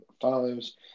follows